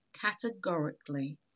categorically